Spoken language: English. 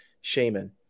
Shaman